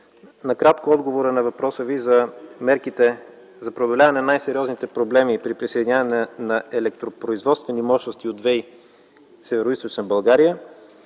Накратко отговорът на въпроса Ви за мерките за преодоляване на най-сериозните проблеми при присъединяване на електропроизводствени мощности от